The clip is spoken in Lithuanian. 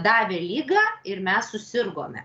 davė ligą ir mes susirgome